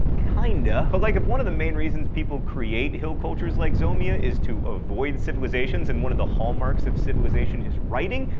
kinda. but like if one of the main reasons people create hill cultures like zomia is to avoid civilizations and one of the hallmarks of civilization is writing?